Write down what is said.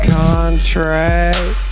contract